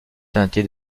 teinté